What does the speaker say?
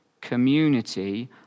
community